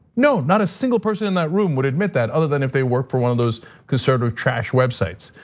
no, not a single person in that room would admit that other than if they work for one of those conservative trash websites,